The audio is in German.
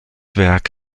werk